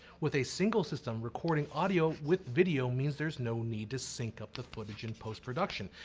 with a single system, recording audio with video means there is no need to sync up the footage in post production.